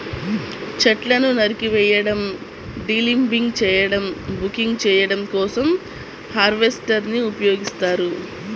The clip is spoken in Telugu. చెట్లను నరికివేయడం, డీలింబింగ్ చేయడం, బకింగ్ చేయడం కోసం హార్వెస్టర్ ని ఉపయోగిస్తారు